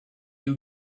you